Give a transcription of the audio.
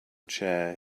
chair